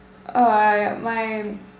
err my